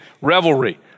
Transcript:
revelry